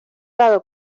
dado